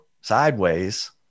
sideways